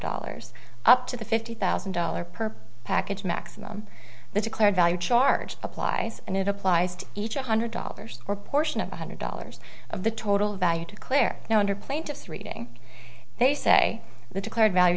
dollars up to the fifty thousand dollars per package maximum the declared value charge applies and it applies to each one hundred dollars or portion of one hundred dollars of the total value declare now under plaintiff's reading they say the declared value